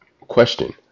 Question